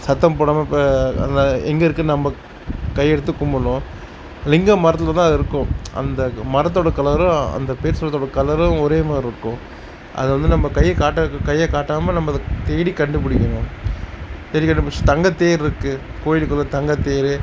சத்தம்போடாமல் ப அந்த எங்கேருக்குன்னு நம்ப கையெடுத்து கும்பிடுணும் லிங்கம் மரத்தில்தான் இருக்கும் அந்த மரத்தோடய கலரும் அந்த பேர் சொல்றதோடய கலரும் ஒரே மாதிரிருக்கும் அது வந்து நம்ப கையை காட்ட கையை காட்டாமல் நம்ப அதை தேடி கண்டுபிடிக்கிணும் தேடி கண்டுபிடிச்சி தங்கத்தேரிருக்கு கோயிலுக்குள்ளே தங்கத்தேர்